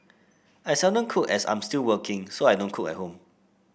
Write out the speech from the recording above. I seldom cook as I'm still working so I don't cook at home